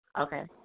Okay